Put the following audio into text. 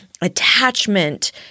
attachment